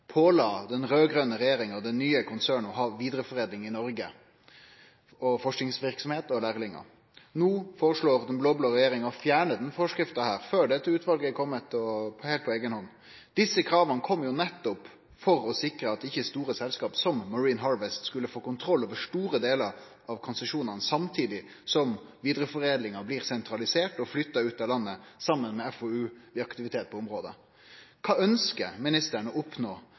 påla den raud-grøne regjeringa det nye konsernet å ha vidareforedling i Noreg, og også forskingsverksemd og lærlingar. No foreslår den blå-blå regjeringa å fjerne denne forskrifta før rapporten frå dette utvalet er kome, heilt på eiga hand. Desse krava kom jo nettopp for å sikre at ikkje store selskap som Marine Harvest skulle få kontroll over store delar av konsesjonane, samtidig som vidareforedlinga blir sentralisert og flytta ut av landet saman med FoU-aktivitet i området. Kva ønskjer ministeren å oppnå